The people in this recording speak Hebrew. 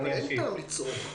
אין טעם לצעוק.